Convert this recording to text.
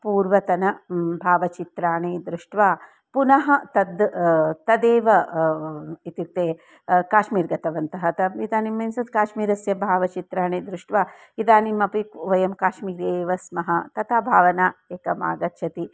पूर्वतन भावचित्राणि दृष्ट्वा पुनः तद् तदेव इत्युक्ते काश्मीर् गतवन्तः तद् इदानीं मीन्स् काश्मीरस्य भावचित्राणि दृष्ट्वा इदानीमपि वयं काश्मीर् एव स्मः तथा भावना एकम् आगच्छति